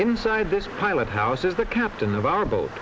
inside this pilot house is the captain of our bo